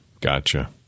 Gotcha